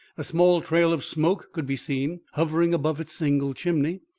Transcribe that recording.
a small trail of smoke could be seen hovering above its single chimney,